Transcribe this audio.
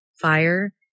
fire